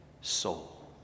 soul